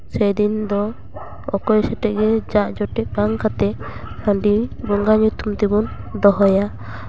ᱥᱮᱫᱤᱱ ᱫᱚ ᱚᱠᱚᱭ ᱥᱟᱣᱛᱮᱜᱮ ᱡᱷᱟᱜ ᱡᱚᱴᱮᱫ ᱵᱟᱝ ᱠᱟᱛᱮᱫ ᱦᱟᱺᱰᱤ ᱵᱚᱸᱜᱟ ᱧᱩᱛᱩᱢ ᱛᱮᱵᱚᱱ ᱫᱚᱦᱚᱭᱟ